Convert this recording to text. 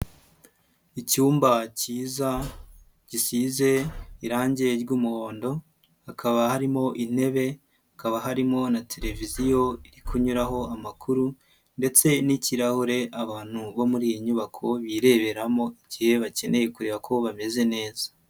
Icyumba kiza gishyize irangi ry'umuhondo, hakaba harimo intebe hakaba harimo na televiziyo iri kunyuraho amakuru ndetse n'ikirahure abantu bo muri iyi nyubako bireberamo igihe bakeneye kureba ko bameze neza.